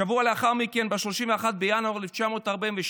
שבוע לאחר מכן, ב-31 בינואר 1942,